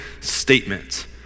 statement